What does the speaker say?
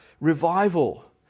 revival